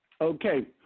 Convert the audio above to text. Okay